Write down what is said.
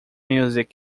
music